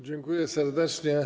Dziękuję serdecznie.